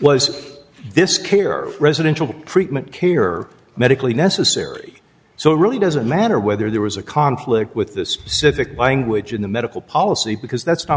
was this care residential treatment care or medically necessary so it really doesn't matter whether there was a conflict with the specific language in the medical policy because that's not